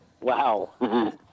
Wow